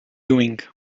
doing